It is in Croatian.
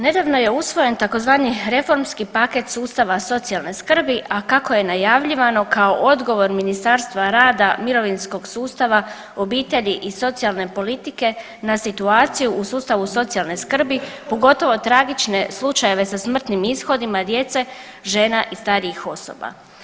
Nedavno je usvojen tzv. reformski paket sustav socijalne skrbi a kako je najavljivano kao odgovor Ministarstva rada, mirovinskog sustava, obitelji i socijalne politike na situaciju u ustavu socijalne skrbi, pogotovo tragične slučajeve sa smrtnim ishodima djece, žena i starijih osoba.